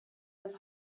his